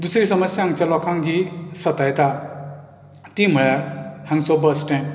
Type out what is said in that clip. दुसरी समस्या हांगच्या लोकांक जी सतायता ती म्हळ्यार हांगचो बस स्टेंड